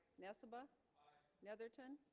nessebar the other t'en